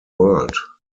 world